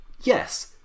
Yes